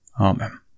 Amen